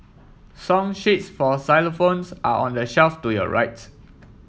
song sheets for xylophones are on the shelf to your rights